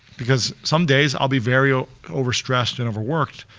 because some days i'll be very ah over stressed and over-worked,